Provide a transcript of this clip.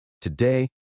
Today